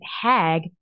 hag